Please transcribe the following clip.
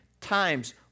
times